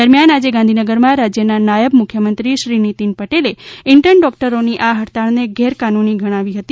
દરમિયાન આજે ગાંધીનગરમાં રાજ્યના નાયબ મુખ્યમંત્રી શ્રી નીતિન પટેલે ઇન્ટર્ન ડોકટરોની આ હડતાળને ગેરકાનૂની ગણાવી હતી